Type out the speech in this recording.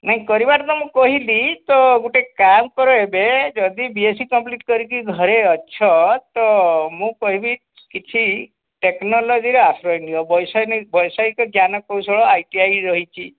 ନାଇଁ କରିବାର ତ ମୁଁ କହିଲି ତ ଗୋଟେ କାମ କର ଏବେ ଯଦି ବି ଏସ୍ ସି କମ୍ପଲିଟ୍ କରିକି ଘରେ ଅଛ ତ ମୁଁ କହିବି କିଛି ଟେକ୍ନୋଲୋଜିର ଆଶ୍ରୟ ନିଅ ବୈଷୟିକ ଜ୍ଞାନ କୌଶଳ ଆଇ ଟି ଆଇ ରହିଛି